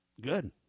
good